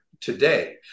today